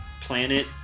planet